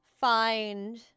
find